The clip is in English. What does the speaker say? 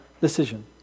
decision